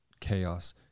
chaos